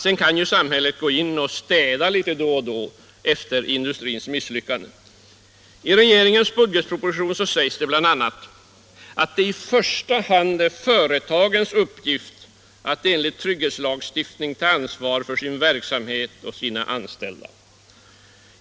Sedan kan ju samhället gå in och städa litet då och då efter industrins misslyckanden. I regeringens budgetproposition sägs bl.a. att det ”i första hand är företagens uppgift att enligt trygghetslagstiftning ta ansvar för sin verksamhet och sina anställda.